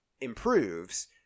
improves